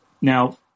now